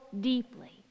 deeply